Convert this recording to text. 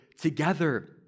together